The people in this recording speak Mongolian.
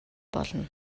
болно